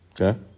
Okay